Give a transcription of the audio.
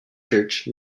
church